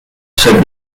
said